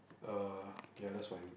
uh ya that's what I'm